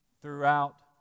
throughout